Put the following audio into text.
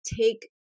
take